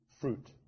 Fruit